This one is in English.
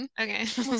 Okay